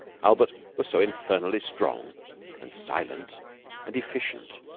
albert was so infernally strong and silent and efficient.